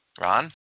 Ron